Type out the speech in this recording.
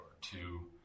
two